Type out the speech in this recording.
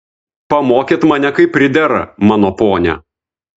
pamokėt mane kaip pridera mano ponia